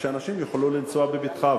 ושאנשים יוכלו לנסוע בבטחה.